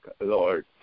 Lord